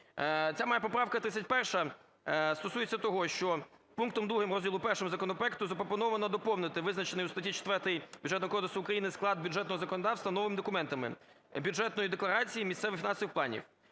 Ця моя поправка 31 стосується того, що пунктом 2 розділу І законопроекту запропоновано доповнити визначений у статті 4 Бюджетного кодексу України склад бюджетного законодавства новими документами, Бюджетної декларації місцевих фінансових планів.